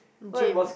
gym